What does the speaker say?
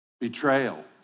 betrayal